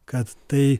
kad tai